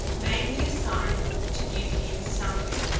made me a sign to give him some of it.